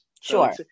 Sure